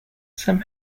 some